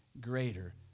greater